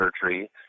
surgery